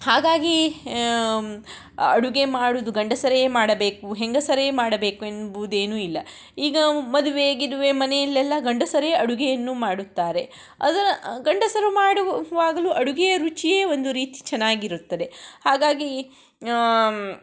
ಹಾಗಾಗಿ ಅಡುಗೆ ಮಾಡೋದು ಗಂಡಸರೇ ಮಾಡಬೇಕು ಹೆಂಗಸರೇ ಮಾಡಬೇಕು ಎಂಬುದೇನು ಇಲ್ಲ ಈಗ ಮದುವೆ ಗಿದುವೆ ಮನೆಯಲ್ಲೆಲ್ಲಾ ಗಂಡಸರೇ ಅಡುಗೆಯನ್ನು ಮಾಡುತ್ತಾರೆ ಅದರ ಗಂಡಸರು ಮಾಡುವಾಗಲು ಅಡುಗೆಯ ರುಚಿಯೇ ಒಂದು ರೀತಿ ಚೆನ್ನಾಗಿರುತ್ತದೆ ಹಾಗಾಗಿ